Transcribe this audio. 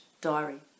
diary